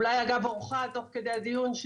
אולי אגב אורחא תוך כדי הדיון,